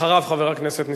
בבקשה, חבר הכנסת יריב לוין.